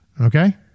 Okay